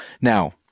now